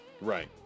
Right